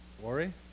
Worry